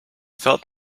felt